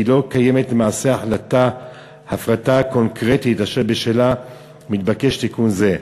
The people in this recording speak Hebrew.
כי לא קיימת למעשה החלטת הפרטה קונקרטית אשר בשלה מתבקש תיקון זה,